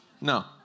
No